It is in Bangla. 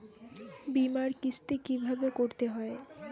বিমার কিস্তি কিভাবে করতে হয়?